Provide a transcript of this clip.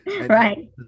Right